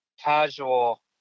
casual